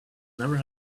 never